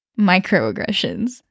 microaggressions